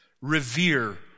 revere